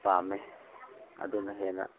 ꯄꯥꯝꯃꯦ ꯑꯗꯨꯅ ꯍꯦꯟꯅ